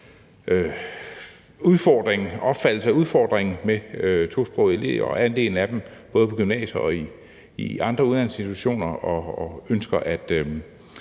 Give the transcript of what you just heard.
at der er en udfordring med tosprogede elever og andelen af dem, både på gymnasier og i andre uddannelsesinstitutioner, og ønsker at